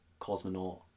cosmonaut